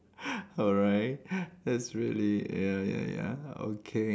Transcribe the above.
alright that's really ya ya ya okay